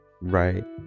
right